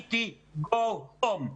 E.T. go home,